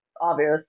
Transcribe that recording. Obvious